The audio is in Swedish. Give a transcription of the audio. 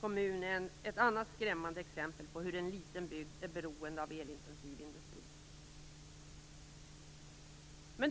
kommun är ytterligare ett skrämmande exempel på en liten bygd som är beroende av den elintensiva industrin.